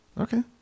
Okay